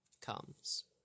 comes